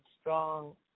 strong